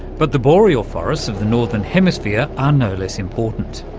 but the boreal forests of the northern hemisphere are no less important.